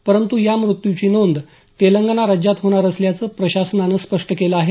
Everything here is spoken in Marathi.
परंतू या मृत्यूची नोंद तेलंगणा राज्यात होणार असल्याचं प्रशासनानं स्पष्ट केलं आहे